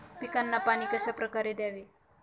पिकांना पाणी कशाप्रकारे द्यावे?